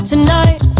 Tonight